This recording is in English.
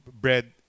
bread